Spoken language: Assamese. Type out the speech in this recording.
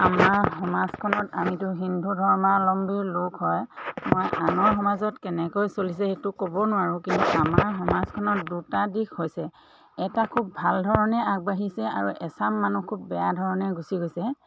আমাৰ সমাজখনত আমিতো হিন্দু ধৰ্মাৱলম্বীৰ লোক হয় মই আনৰ সমাজত কেনেকৈ চলিছে সেইটো ক'ব নোৱাৰোঁ কিন্তু আমাৰ সমাজখনত দুটা দিশ হৈছে এটা খুব ভাল ধৰণে আগবাঢ়িছে আৰু এচাম মানুহ খুব বেয়া ধৰণে গুচি গৈছে